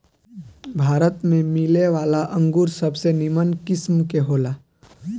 भारत में मिलेवाला अंगूर सबसे निमन किस्म के होला